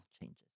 changes